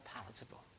palatable